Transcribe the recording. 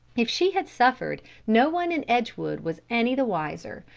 if she had suffered, no one in edgewood was any the wiser,